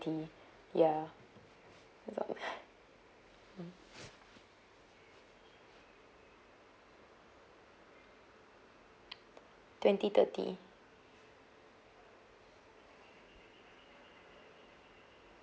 ya about there twenty thirty